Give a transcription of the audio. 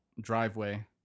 driveway